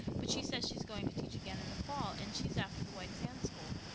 but she says she's going to teach again in the fall, and she's after the white sands school.